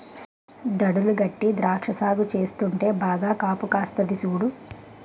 దడులు గట్టీ ద్రాక్ష సాగు చేస్తుంటే బాగా కాపుకాస్తంది సూడు